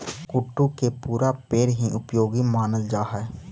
कुट्टू के पुरा पेड़ हीं उपयोगी मानल जा हई